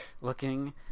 looking